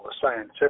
scientific